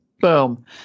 Boom